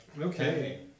Okay